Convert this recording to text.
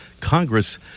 Congress